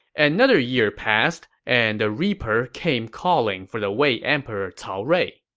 another year passed, and the reaper came calling for the wei emperor cao rui.